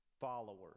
followers